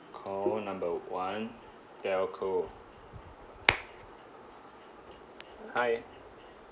call number one telco hi